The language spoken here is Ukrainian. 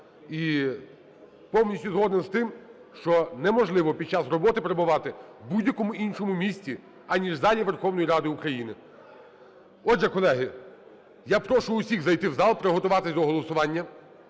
І повністю згоден з тим, що неможливо під час роботи перебувати в будь-якому іншому місці, аніж в залі Верховної Ради України. Отже, колеги, я прошу усіх зайти в зал, приготуватись до голосування.